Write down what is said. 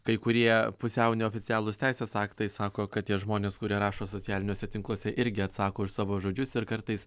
kai kurie pusiau neoficialūs teisės aktai sako kad tie žmonės kurie rašo socialiniuose tinkluose irgi atsako už savo žodžius ir kartais